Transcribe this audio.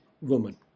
woman